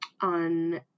on